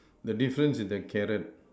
the difference is the carrot